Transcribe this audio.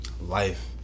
Life